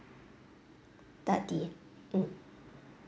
thirty (mm）